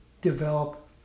develop